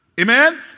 Amen